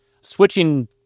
switching